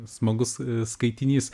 smagus skaitinys